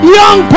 young